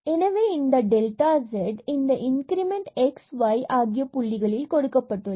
எனவே இந்த delta z இந்த இன்கிரிமெண்ட் x மற்றும் y ஆகிய புள்ளியில் கொடுக்கப்பட்டுள்ளது